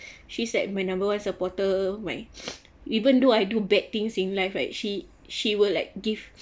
she's like my number one supporter my even though I do bad things in life right she she will like give